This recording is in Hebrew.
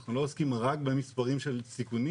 אנחנו לא עוסקים רק במספרים של סיכונים,